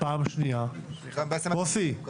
מוסי,